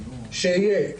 שיהיה,